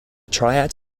triad